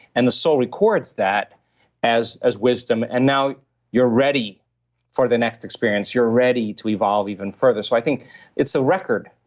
and the soul records that as as wisdom, and now you're ready for the next experience. you're ready to evolve even further so i think it's a record,